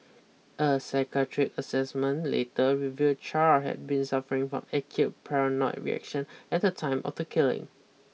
a psychiatric assessment later revealed Char had been suffering from acute paranoid reaction at the time of the killing